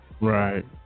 Right